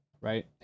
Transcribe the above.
right